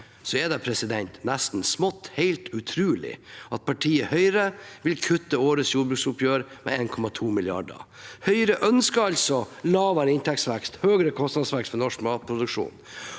stund, er det nesten helt utrolig at partiet Høyre vil kutte årets jordbruksoppgjør med 1,2 mrd. kr. Høyre ønsker altså lavere inntektsvekst og høyere kostnadsvekst for norsk matproduksjon,